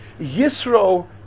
Yisro